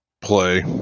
play